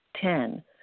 Ten